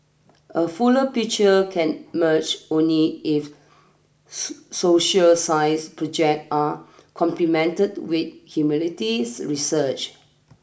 a fuller picture can emerge only if so social science project are complemented with humanities research